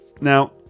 Now